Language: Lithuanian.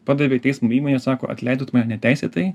padavė teismui įmonė sako atleidot mane neteisėtai